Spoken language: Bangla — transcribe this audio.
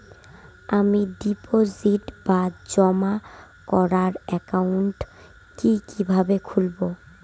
আমি ডিপোজিট বা জমা করার একাউন্ট কি কিভাবে খুলবো?